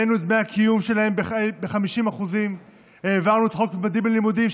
העלינו את דמי הקיום שלהם ב-50%; העברנו את חוק ממדים ללימודים,